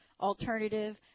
alternative